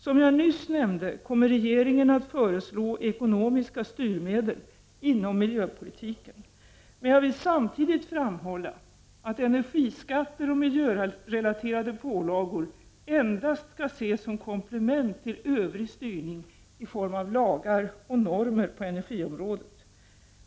Som jag nyss nämnde kommer regeringen att föreslå ekonomiska styrmedel inom miljöpolitiken. Men jag vill samtidigt framhålla att energiskatter och miljörelaterade pålagor endast skall ses som komplement till övrig styrning i form av lagar och normer på energiområdet.